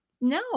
No